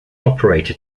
operator